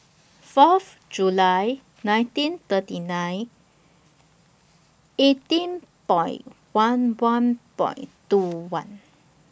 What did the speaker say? Fourth July nineteen thirty nine eighteen Point one one Point two one